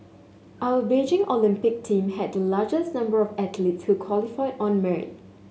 our Beijing Olympic team had the largest number of athletes who qualified on merit